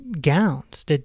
gowns